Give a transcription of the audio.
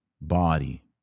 body